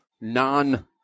non